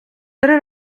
три